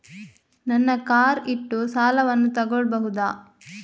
ನನ್ನ ಕಾರ್ ಇಟ್ಟು ಸಾಲವನ್ನು ತಗೋಳ್ಬಹುದಾ?